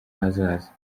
hazaza